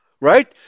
Right